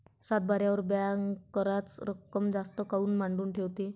सातबाऱ्यावर बँक कराच रक्कम जास्त काऊन मांडून ठेवते?